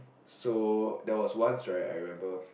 so there was once right I remember